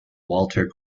walter